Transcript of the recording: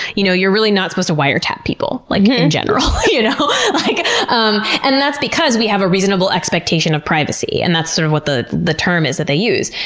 you know you're really not supposed to wiretap people, like in in general. you know like um and that's because we have a reasonable expectation of privacy, and that's sort of what the the term is that they use.